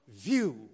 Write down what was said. view